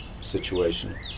situation